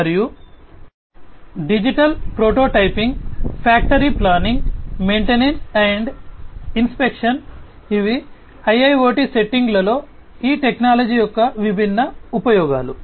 మరియు digital prototyping factory planning maintenance and inspection ఇవి IIoT సెట్టింగులలో ఈ టెక్నాలజీల యొక్క విభిన్న ఉపయోగాలు